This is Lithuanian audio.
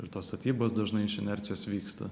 ir tos statybos dažnai iš inercijos vyksta